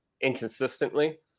inconsistently